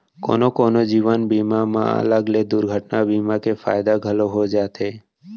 कोनो कोनो जीवन बीमा म अलग ले दुरघटना बीमा के फायदा घलौ हो जाथे